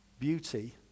beauty